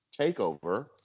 takeover